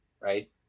right